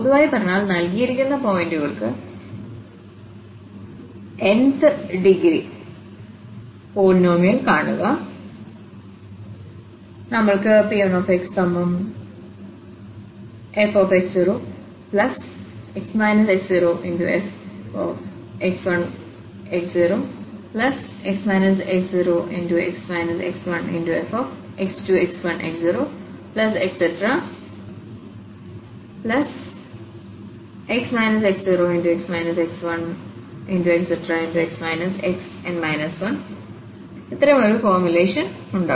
പൊതുവായി പറഞ്ഞാൽ നൽകിയിരിക്കുന്ന പോയിന്റുകൾക്ക് n ആം ഡിഗ്രി പോളിനോമിയൽ കാണുക നമ്മൾക്ക് Pnxfx0x x0fx1x0x x0x x1fx2x1x0x x0x x1x xn 1fxnxn 1x0അത്തരമൊരു ഫോർമുലേഷൻ ഉണ്ട്